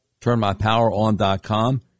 TurnMyPowerOn.com